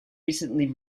recently